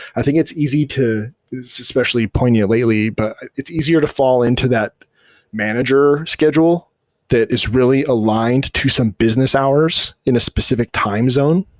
i think it's easy to it's especially poignant lately, but it's easier to fall into that manager schedule that is really aligned to some business hours in a specific time zone.